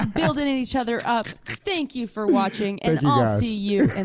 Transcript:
building each other up. thank you for watching, and i'll see you and